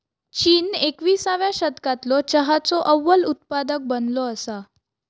चीन एकविसाव्या शतकालो चहाचो अव्वल उत्पादक बनलो असा